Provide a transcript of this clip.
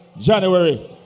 January